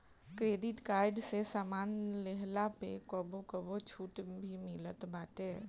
credit card से सामान लेहला पअ कबो कबो छुट भी मिलत बाटे